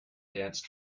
danced